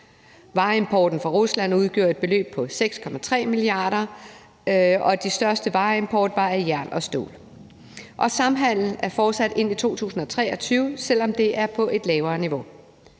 Vareimporten fra Rusland udgjorde et beløb på 6,3 mia. kr., og den største vareimport var af jern og stål. Samhandelen er fortsat ind i 2023, selv om det er på et lavere niveau.